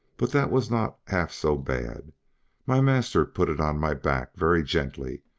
but that was not half so bad my master put it on my back very gently,